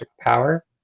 power